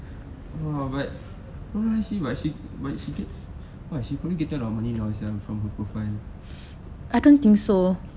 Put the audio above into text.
ah but why she but she gets she gotten many money now from her profile